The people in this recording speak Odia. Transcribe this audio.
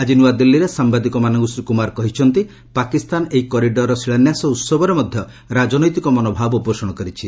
ଆଜି ନୂଆଦିଲ୍ଲୀରେ ସାମ୍ବାଦିକମାନଙ୍କୁ ଶ୍ରୀ କୁମାର କହିଛନ୍ତି ପାକିସ୍ତାନ ଏହି କରିଡ଼ରର ଶିଳାନ୍ୟାସ ଉହବରେ ମଧ୍ୟ ରାଜନୈତିକ ମନୋଭାବ ପୋଷଣ କରିଛି